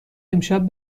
امشب